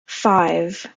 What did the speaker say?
five